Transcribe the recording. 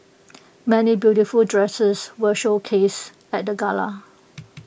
many beautiful dresses were showcased at the gala